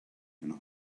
and